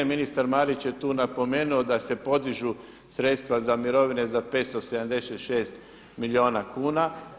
Ministar Marić je tu napomenuo da se podižu sredstva za mirovine za 576 milijuna kuna.